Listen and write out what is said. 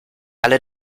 alle